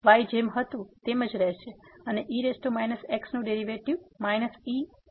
તેથી y જેમ હતું તેમજ રહેશે અને e x નું ડેરીવેટીવ e x હશે